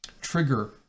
trigger